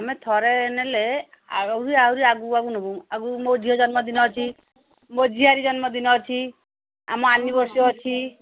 ଆମେ ଥରେ ନେଲେ ଆହୁରି ଆହୁରି ଆଗକୁ ଆଗକୁ ନବୁ ଆଗ ମୋ ଝିଅ ଜନ୍ମଦିନ ଅଛି ମୋ ଝିଆରୀ ଜନ୍ମଦିନ ଅଛି ଆମ ଆନିବର୍ସରୀ ଅଛି